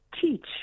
teach